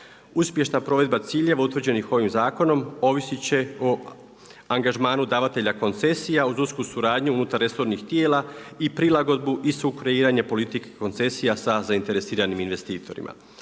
Uspješna provedba ciljeva utvrđenih ovih zakonom ovisiti će o angažmanu davatelja koncesija uz usku suradnju unutar resornih tijela i prilagodbu i sukreiranje politike koncesija sa zainteresiranim investitorima.